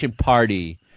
party